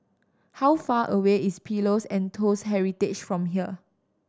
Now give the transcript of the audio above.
how far away is Pillows and Toast Heritage from here